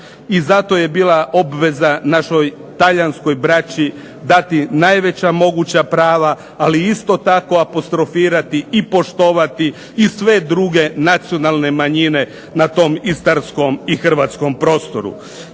i zato je bila obveza našoj talijanskoj braći dati najveća moguća prava. Ali isto tako apostrofirati i poštovati i sve druge nacionalne manjine na tom istarskom i hrvatskom prostoru.